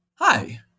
Hi